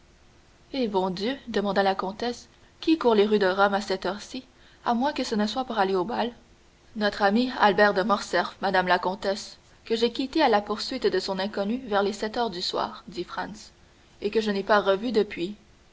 eh bon dieu demanda la comtesse qui court les rues de rome à cette heure-ci à moins que ce ne soit pour aller au bal notre ami albert de morcerf madame la comtesse que j'ai quitté à la poursuite de son inconnue vers les sept heures du soir dit franz et que je n'ai pas revu depuis